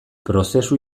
prozesu